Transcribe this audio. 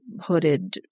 hooded